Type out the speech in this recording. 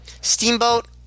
Steamboat